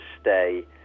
stay